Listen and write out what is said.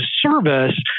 service